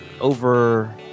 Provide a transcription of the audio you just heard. over